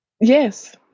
Yes